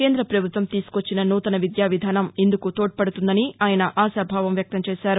కేంద్ర ప్రభుత్వం తీసుకొచ్చిన నూతన విద్యావిధానం ఇందుకు తోడ్పడుతుందని ఆయన ఆశాభావం వ్యక్తం చేశారు